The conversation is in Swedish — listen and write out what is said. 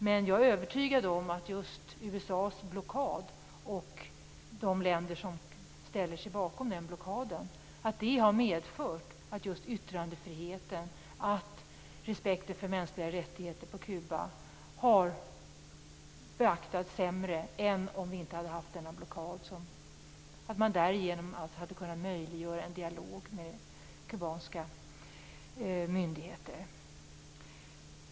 Men jag är övertygad om att just USA:s blockad, som även andra länder ställt sig bakom, har medfört att just yttrandefriheten och respekten för de mänskliga rättigheterna på Kuba har beaktats sämre än om vi inte hade haft denna blockad. Därigenom hade man kunnat möjliggöra en dialog med kubanska myndigheter.